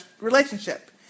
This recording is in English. relationship